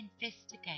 investigate